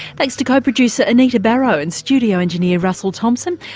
thanks to co-producer anita barraud and studio engineer russell thompson.